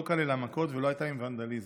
לא כללה מכות ולא הייתה עם ונדליזם.